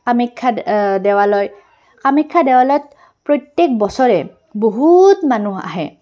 কামাখ্যা দেৱালয় কামাখ্যা দেৱালয়ত প্ৰত্যেক বছৰে বহুত মানুহ আহে